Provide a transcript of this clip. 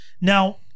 Now